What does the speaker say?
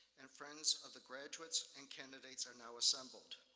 and friends of the graduates and candidates are now assembled.